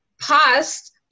past